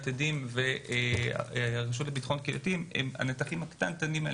עדים והרשות לביטחון קהילתי הם הנתחים הקטנים.